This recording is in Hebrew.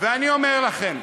אני אומר לכם,